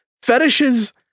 Fetishes